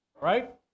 right